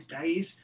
days